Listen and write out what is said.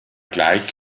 gleich